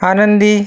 आनंदी